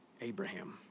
Abraham